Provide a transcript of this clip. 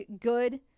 good